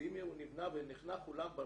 אם ניבנה ונחנך אולם,